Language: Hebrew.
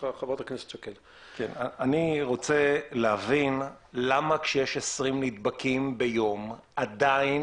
אני רוצה להבין למה כשיש 20 נדבקים ביום עדיין